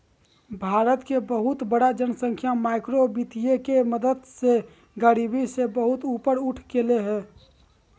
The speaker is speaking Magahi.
भारत के बहुत बड़ा जनसँख्या माइक्रो वितीय के मदद से गरिबी से बहुत ऊपर उठ गेलय हें